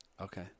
Okay